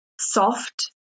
soft